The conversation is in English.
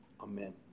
Amen